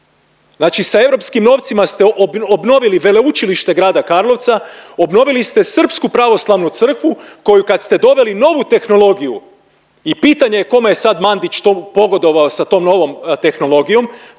Znači sa europskim novcima ste obnovili Veleučilište Grada Karlovca, obnovili ste srpsku pravoslavnu crkvu koju kad ste doveli novu tehnologiju i pitanje je kome je sad Mandić to pogodovao sa tom novom tehnologija,